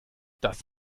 das